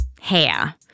hair